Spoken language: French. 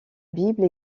bible